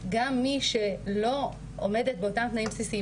כמה את מעריכה מהבקשות שהגשת שלא היה להם תהליך מדורג,